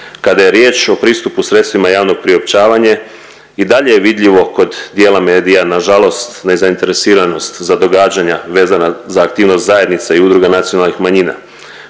Kada je riječ o pristupu sredstvima javnog priopćavanje i dalje je vidljivo kod dijela medija nažalost nezainteresiranost za događanja vezana za aktivnost zajednice i udruga nacionalnih manjina,